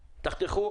Cut. תחתכו.